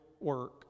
work